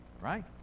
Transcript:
Right